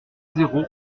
zéro